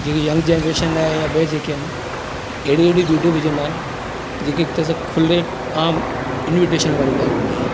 जहिड़ी young generation आहे या ॿियां जेके आहिनि अहिड़ी अहिड़ी वीडियो विझंदा आहिनि जेके हिकु तरह सां खुले आम इन्विटेशन वारी ॻाल्हि हूंदी आहे